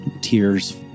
tears